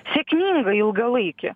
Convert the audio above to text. sėkmingą ilgalaikį